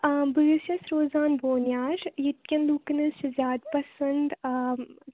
آ بہٕ حظ چھَس روزان بونۍ یار ییٚتہِ کیٚن لوٗکَن حظ چھُ زیادٕ پَسنٛد آ